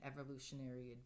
evolutionary